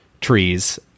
trees